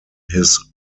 his